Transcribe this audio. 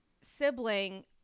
sibling